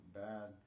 bad